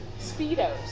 speedos